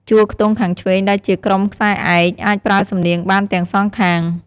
ជួរខ្ទង់ខាងឆ្វេង ដែលជា ក្រុមខ្សែឯក អាចប្រើសំនៀងបានទាំងសងខាង។